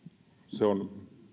se on